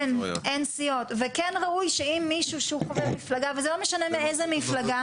כן ראוי שאם יש מישהו חבר מפלגה ולא משנה מאיזו מפלגה,